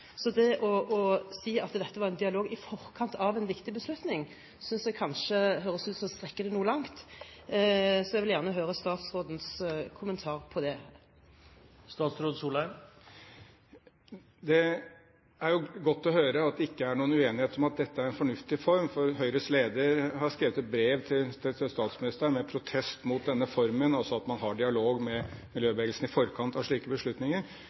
Så det å si at dette var en dialog i forkant av en viktig beslutning, synes jeg kanskje høres ut som om det er å strekke det noe langt. Jeg vil gjerne høre statsrådens kommentar på det. Det er jo godt å høre at det ikke er noen uenighet om at dette er en fornuftig form, for Høyres leder har skrevet et brev til statsministeren med protest mot denne formen, altså at man har dialog med miljøbevegelsen i forkant av slike beslutninger.